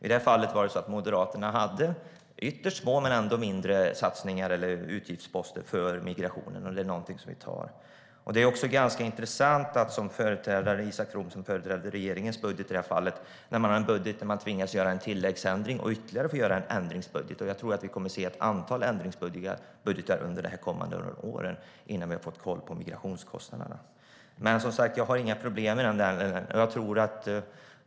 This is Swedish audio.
I det här fallet hade Moderaterna ytterst få, men ändå mindre, utgiftsposter för migrationen. Det är ganska intressant med tanke på att Isak From företräder budgeten i det här fallet. Man har tvingats till att göra en tilläggsändring och sedan lägga fram ytterligare en ändringsbudget. Jag tror att vi kommer att få se ett antal ändringsbudgetar under de kommande åren innan man har fått kontroll över migrationskostnaderna. Men, som sagt, jag har inga problem med det här.